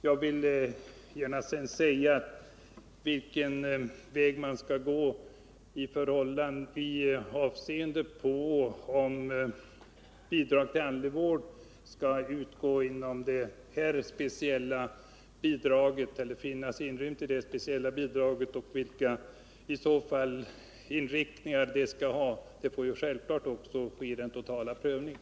Jag vill vidare gärna säga att vilken väg man skall gå — om bidraget till andlig vård skall finnas inrymt inom det här speciella anslaget och vilken inriktningen i så fall skall vara — får självfallet avgöras vid den totala prövningen.